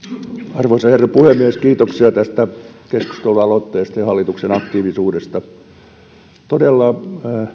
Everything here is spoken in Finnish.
arvoisa herra puhemies kiitoksia tästä keskustelualoitteesta ja hallituksen aktiivisuudesta todella